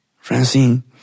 Francine